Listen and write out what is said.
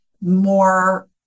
more